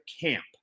camp